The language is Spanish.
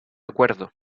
acuerdo